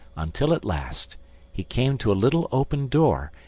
until at last he came to a little open door,